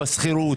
בשכירות,